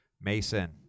Mason